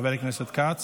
חבר הכנסת כץ,